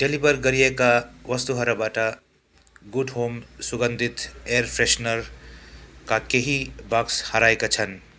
deliver गरिएका वस्तुहरूबाट good home सुगन्धित एयर फ्रेसनरका केही बक्स हराएका छन्